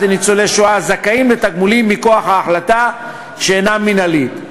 לניצולי שואה הזכאים לתגמולים מכוח החלטה שאינה מינהלית.